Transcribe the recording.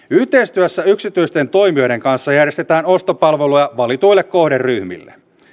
yhteistyössä yksityisten toimijoiden kanssa järjestetään ostopalveluja valituille kohderyhmille